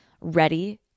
ready